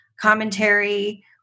commentary